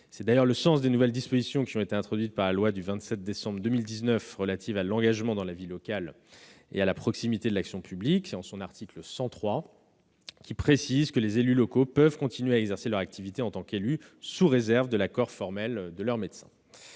C'est d'ailleurs le sens des nouvelles dispositions introduites par la loi du 27 décembre 2019 relative à l'engagement dans la vie locale et à la proximité de l'action publique en son article 103, qui précise que les élus locaux peuvent continuer à exercer leur activité en tant qu'élu, sous réserve de l'accord formel de leur médecin.